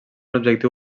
objectiu